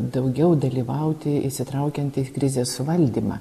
daugiau dalyvauti įsitraukiant į krizės suvaldymą